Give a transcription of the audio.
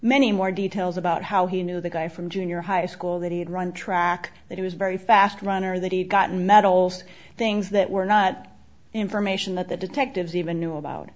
many more details about how he knew the guy from junior high school that he had run track that he was very fast runner that he had gotten medals things that were not information that the detectives even knew about